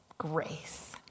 grace